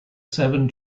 seven